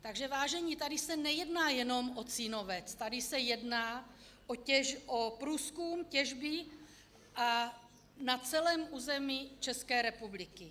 Takže vážení, tady se nejedná jenom o Cínovec, tady se jedná o průzkum a těžbu na celém území České republiky.